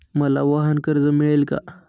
मला वाहनकर्ज मिळेल का?